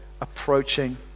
approaching